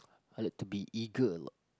I like to be eager a lot